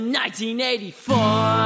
1984